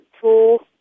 tool